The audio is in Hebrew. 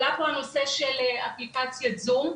עלה פה הנושא של אפליקציית זום.